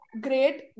great